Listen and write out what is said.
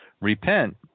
repent